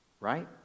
right